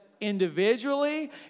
individually